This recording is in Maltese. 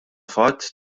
fatt